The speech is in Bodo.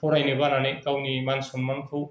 फरायनो बानानै गावनि मान सनमानखौ